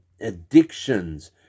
addictions